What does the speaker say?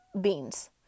beans